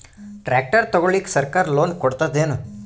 Tractor ತಗೊಳಿಕ ಸರ್ಕಾರ loan ಕೊಡತದೇನು?